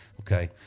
okay